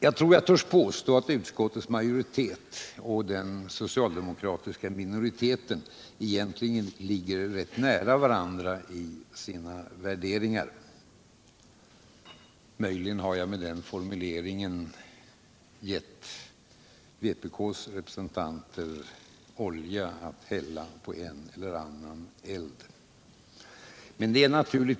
Jag tror att jag törs påstå att utskottets majoritet och den socialdemokra Nr 92 tiska minoriteten egentligen ligger rätt nära varandra i sina värderingar. Torsdagen den Möjligen har jag med den formuleringen gett vpk:s representanter olja att 9 mars 1978 hälla på en eller annan eld.